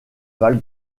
val